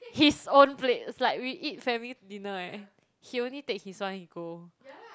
his own plate it's like we eat family dinner eh he only take his one he go